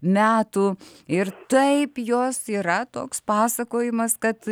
metų ir taip jos yra toks pasakojimas kad